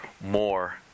more